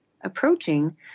approaching